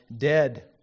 dead